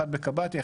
אחד בקבאטיה,